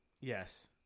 yes